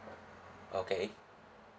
okay